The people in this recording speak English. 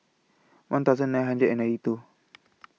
one thousand nine hundred and ninety two